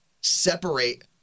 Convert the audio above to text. separate